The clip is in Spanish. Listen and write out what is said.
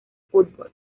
fútbol